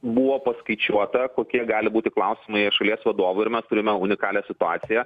buvo paskaičiuota kokie gali būti klausimai šalies vadovui ir mes turime unikalią situaciją